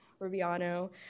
Rubiano